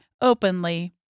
openly